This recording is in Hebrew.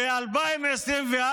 ב-2024